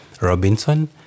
Robinson